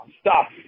Stop